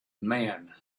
man